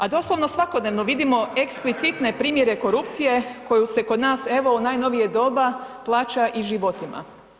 A doslovno svakodnevno vidimo eksplicitne primjere korupcije koju se kod nas evo u najnovije doba plaća i životima.